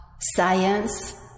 science